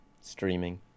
streaming